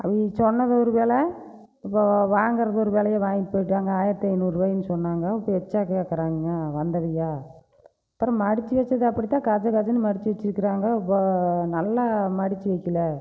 அதில் சொன்னது ஒரு வில இப்போ வாங்குறது ஒரு விலைய வாங்கிட்டு போய்ட்டாங்க ஆயரத்து ஐநூறுவாயின்னு சொன்னாங்க இப்போ எக்ஸ்ட்டா கேட்கறாங்க வந்தவய்ங்க அப்புறம் மடிச்சு வச்சது அப்படி தான் கச்ச கச்சன்னு மடிச்சு வச்சுருக்கிறாங்க இப்போ நல்லா மடிச்சு வக்கில